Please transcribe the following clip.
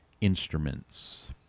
instruments